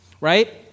Right